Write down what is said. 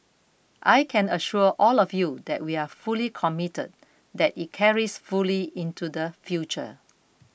I can assure all of you that we are fully committed that it carries fully into the future